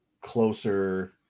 closer